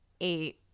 eight